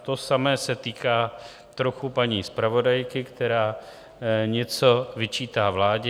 To samé se týká trochu paní zpravodajky, která něco vyčítá vládě.